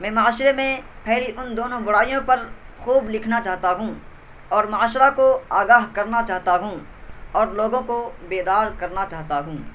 میں معاشرے میں پھیلی ان دونوں برائیوں پر خوب لکھنا چاہتا ہوں اور معاشرہ کو آگاہ کرنا چاہتا ہوں اور لوگوں کو بیدار کرنا چاہتا ہوں